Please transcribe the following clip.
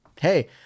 hey